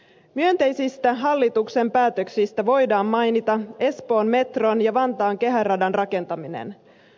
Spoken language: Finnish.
myönteisistä hallituksen päätöksistä voidaan mainita espoon metron ja vantaan kehäradan rakentaminen